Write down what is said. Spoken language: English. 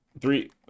three